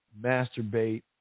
masturbate